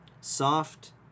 Soft